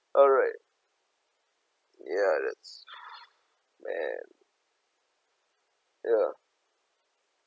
alright ya that's man ya